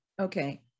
Okay